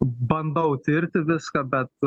bandau tirti viską bet